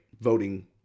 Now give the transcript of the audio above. voting